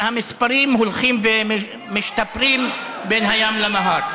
ונדמה לי שהמספרים הולכים ומשתפרים בין הים לנהר.